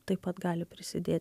taip pat gali prisidėti